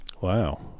Wow